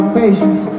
patience